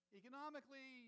economically